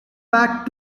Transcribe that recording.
back